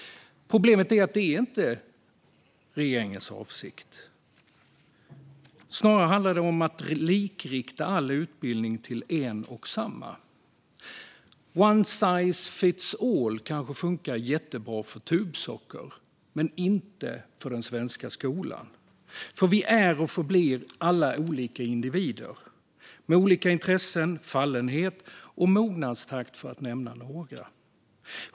Problemet är att det inte är regeringens avsikt. Snarare handlar det om att likrikta all utbildning till en och samma. One size fits all kanske funkar jättebra för tubsockor, men inte för den svenska skolan. Vi är och förblir alla individer med olika intressen, fallenhet och mognadstakt, för att nämna några olikheter.